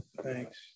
thanks